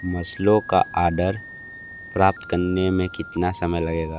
मसालों का आर्डर प्राप्त करने में कितना समय लगेगा